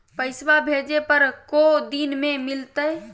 पैसवा भेजे पर को दिन मे मिलतय?